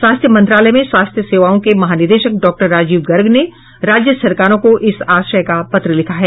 स्वास्थ्य मंत्रालय में स्वास्थ्य सेवाओं के महानिदेशक डॉक्टर राजीव गर्ग ने राज्य सरकारों को इस आशय का पत्र लिखा है